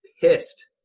pissed